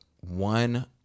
one